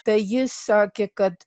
tai jis sakė kad